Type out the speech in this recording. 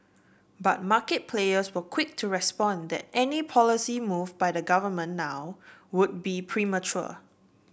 but market players were quick to respond that any policy move by the government now would be premature